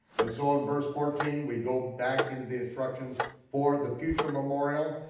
and so in verse fourteen we go back into the instructions for the future memorial,